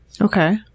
Okay